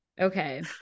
okay